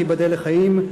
תיבדל לחיים,